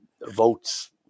votes